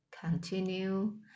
continue